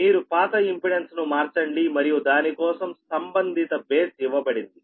మీరు పాత ఇంపెడెన్స్ ను మార్చండి మరియు దాని కోసం సంబంధిత బేస్ ఇవ్వబడింది